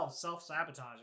self-sabotaging